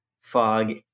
fog